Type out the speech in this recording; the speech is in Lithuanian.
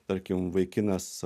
tarkim vaikinas